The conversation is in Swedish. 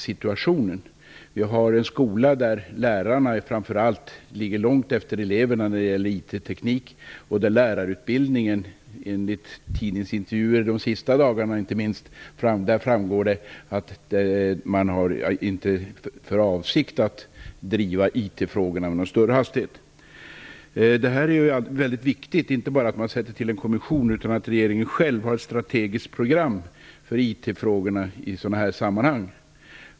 Vi har framför allt en skola där lärarna ligger långt efter eleverna när det gäller IT-teknik och man har, inte minst enligt vad som framgått av tidningsintervjuer under de senaste dagarna, inte för avsikt att driva IT-frågorna med någon större hastighet i lärarutbildningen. Det är viktigt att man inte bara tillsätter en kommission utan att regeringen också har ett strategiskt program för IT-frågorna i sådana här sammanhang.